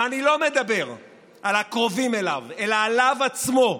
ואני לא מדבר על הקרובים אליו, אלא עליו עצמו.